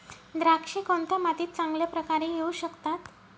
द्राक्षे कोणत्या मातीत चांगल्या प्रकारे येऊ शकतात?